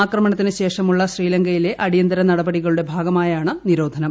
ആക്രമണത്തിന് ശേഷമുള്ള ശ്രീലങ്കയിലെ അടിയന്തിര നടപടികളുടെ ഭാഗമായാണ് നിരോധനം